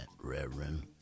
Reverend